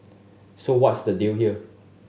so what's the deal here